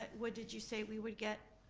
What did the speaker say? but what did you say we would get?